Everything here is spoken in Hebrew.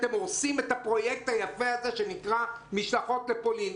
אתם הורסים את הפרויקט היפה הזה שנקרא משלחות לפולין.